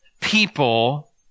people